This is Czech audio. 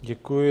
Děkuji.